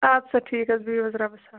اَدٕ سا ٹھیٖکھ حظ بِہِو حظ رۅبَس حَوال